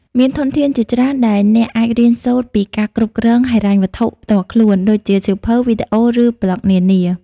មានធនធានជាច្រើនដែលអ្នកអាចរៀនសូត្រពីការគ្រប់គ្រងហិរញ្ញវត្ថុផ្ទាល់ខ្លួន ដូចជាសៀវភៅ វីដេអូ ឬប្លក់នានា។